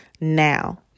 now